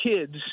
kids